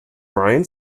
bryan